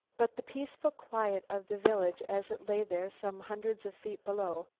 but the peaceful quiet of the village, as it lay there some hundreds of feet below,